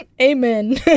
Amen